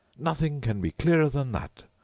nothing can be clearer than that.